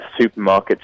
supermarkets